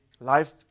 life